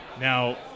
Now